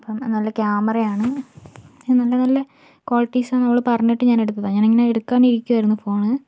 അപ്പം നല്ല ക്യാമറയാണ് നല്ല നല്ല ക്വാളിറ്റീസാണെന്ന് അവൾ പറഞ്ഞിട്ട് ഞാൻ എടുത്തതാണ് ഞാനിങ്ങനെ എടുക്കാൻ ഇരിക്കുകയായിരുന്നു ഫോണ്